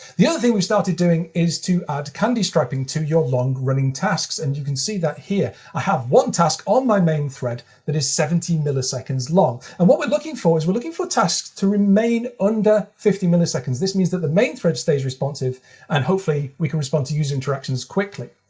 the other thing we've started doing is to add candy striping to your long-running tasks. and you can see that here. i have one task on my main thread that is seventy milliseconds long. and what we're looking for is we're looking for tasks to remain under fifty milliseconds. this means that the main thread stays responsive and hopefully we can respond to user interactions quickly.